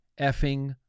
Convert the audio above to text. effing